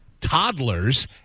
toddlers